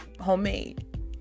homemade